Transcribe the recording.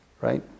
Right